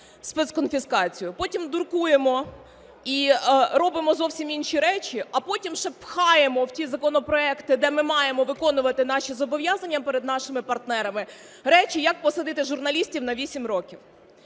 спецконфіскацію, потім дуркуємо і робимо зовсім інші речі, а потім ще пхаємо в ті законопроекти, де ми маємо виконувати наші зобов'язання перед нашими партнерами, речі, як посадити журналістів на вісім років.